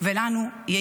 לא